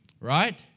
right